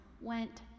went